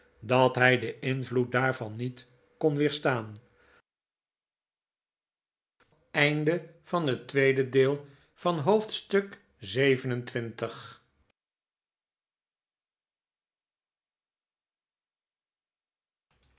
dat hij den invloed daarvan niet kon weerstaan